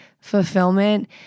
fulfillment